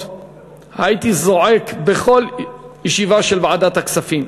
הייתי זועק בכל ישיבה של ועדת הכספים,